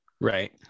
Right